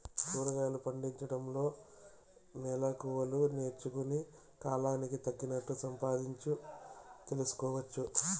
కూరగాయలు పండించడంలో మెళకువలు నేర్చుకుని, కాలానికి తగినట్లు సంపాదించు తెలుసుకోవచ్చు